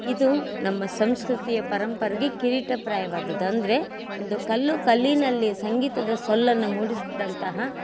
ಇದು ನಮ್ಮ ಸಂಸ್ಕೃತಿಯ ಪರಂಪರೆಗೆ ಕಿರೀಟಪ್ರಾಯವಾದದ್ದು ಅಂದರೆ ಒಂದು ಕಲ್ಲು ಕಲ್ಲಿನಲ್ಲಿ ಸಂಗೀತದ ಸೊಲ್ಲನ್ನು ಮೂಡಿಸಿದಂತಹ